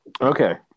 Okay